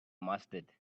mustard